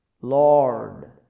Lord